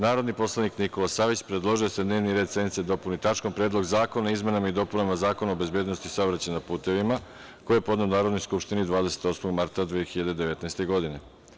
Narodni poslanik Nikola Savić predložio je da se dnevni red sednice dopuni tačkom - Predlog zakona o izmenama i dopunama Zakona o bezbednosti saobraćaja na putevima, koji je podneo Narodnoj skupštini 28. marta 2019. godine.